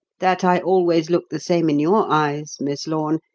that i always look the same in your eyes, miss lorne,